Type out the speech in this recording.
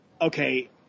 okay